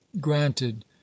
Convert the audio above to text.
granted